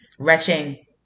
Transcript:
Wretching